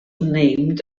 named